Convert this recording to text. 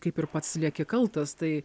kaip ir pats lieki kaltas tai